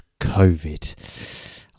COVID